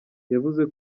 yavuze